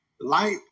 life